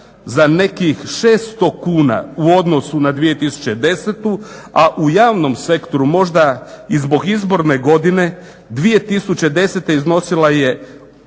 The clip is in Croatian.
za nekih 600 kuna u odnosu na 2010., a u javnom sektoru možda i zbog izborne godine 2010. iznosila je